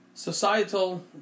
societal